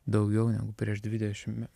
daugiau negu prieš dvidešim